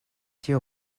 tio